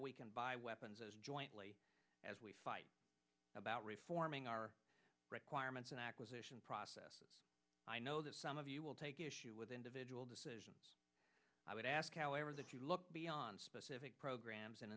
we can buy weapons as jointly as we fight about reforming our requirements and acquisition process and i know that some of you will take issue with individual decisions i would ask however that you look beyond specific